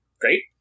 great